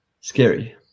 Scary